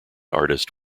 artist